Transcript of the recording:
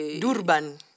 Durban